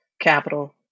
capital